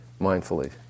mindfully